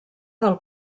del